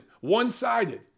one-sided